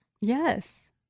Yes